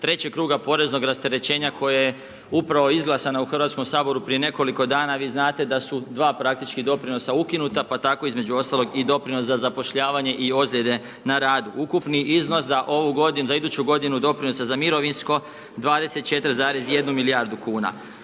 trećeg kruga poreznog rasterećenja koje je upravo izglasano u Hrvatskom saboru prije nekoliko dana. Vi znate da su dva praktički doprinosa ukinuta pa tako između ostalog i doprinos za zapošljavanje i ozljede na radu. Ukupni iznos za ovu godinu, za iduću godinu doprinosa za mirovinsko 24,1 milijardu kuna,